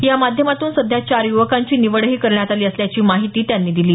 या माध्यमातून सध्या चार युवकांची निवडही करण्यात आली असल्याची माहिती त्यांनी दिली